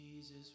Jesus